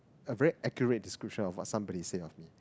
a very accurate description of a somebody said after